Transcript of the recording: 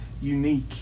unique